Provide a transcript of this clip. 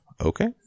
Okay